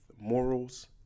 morals